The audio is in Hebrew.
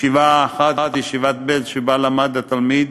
ישיבה אחת, ישיבת בעלז שבה למד התלמיד,